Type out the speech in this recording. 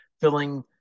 filling